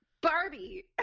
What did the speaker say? Barbie